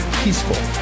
peaceful